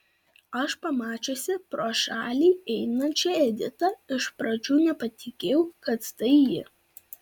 aš pamačiusi pro šalį einančią editą iš pradžių nepatikėjau kad tai ji